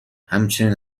همچنین